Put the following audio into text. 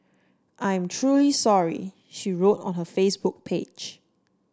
I'm truly sorry she wrote on her Facebook page